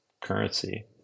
currency